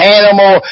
animal